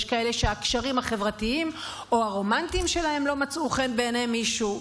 יש כאלה שהקשרים החברתיים או הרומנטיים שלהם לא מצאו חן בעיני מישהו.